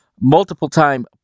multiple-time